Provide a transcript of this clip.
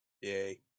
Yay